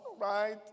right